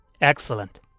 Excellent